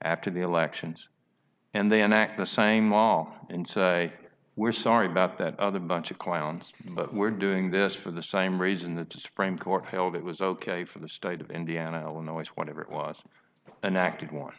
after the elections and then act the same long and say we're sorry about that other bunch of clowns but we're doing this for the same reason that the supreme court held it was ok for the state of indiana illinois whenever it was an act of one